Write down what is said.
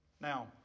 Now